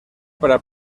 para